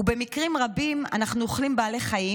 ובמקרים רבים אנחנו אוכלים בעלי חיים